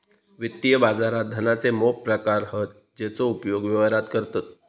वित्तीय बाजारात धनाचे मोप प्रकार हत जेचो उपयोग व्यवहारात करतत